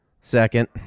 second